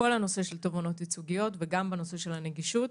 בכל הנושא של תובענות ייצוגיות וגם בנושא של הנגישות.